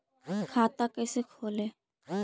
खाता कैसे खोले?